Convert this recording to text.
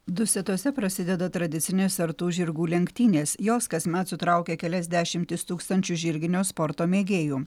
dusetose prasideda tradicinės sartų žirgų lenktynės jos kasmet sutraukia kelias dešimtis tūkstančių žirginio sporto mėgėjų